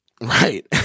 Right